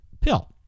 pill